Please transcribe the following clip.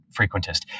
frequentist